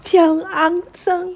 这样肮脏